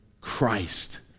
Christ